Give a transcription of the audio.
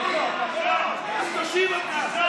אז תושיב אותם.